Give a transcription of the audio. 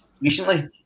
recently